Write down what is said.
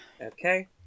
Okay